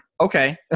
okay